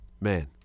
man